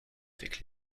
avec